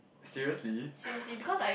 seriously